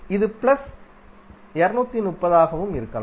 இது 230 ஆகவும் இருக்கலாம்